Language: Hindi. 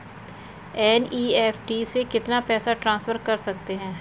एन.ई.एफ.टी से कितना पैसा ट्रांसफर कर सकते हैं?